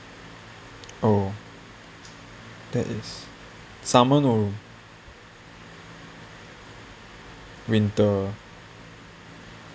oh that is summer no room